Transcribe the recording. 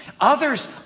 others